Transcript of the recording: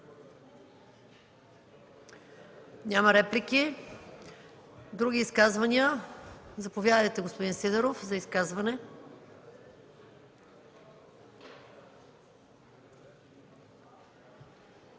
Няма. Други изказвания? Заповядайте, господин Сидеров, за изказване.